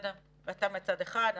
אתה מצד אחד,